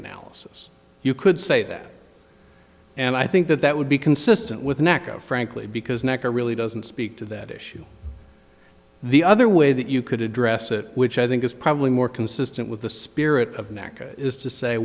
analysis you could say that and i think that that would be consistent with neck of frankly because necker really doesn't speak to that issue the other way that you could address it which i think is probably more consistent with the spirit of america is to say